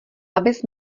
abys